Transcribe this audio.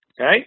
okay